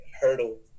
hurdle